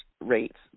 rates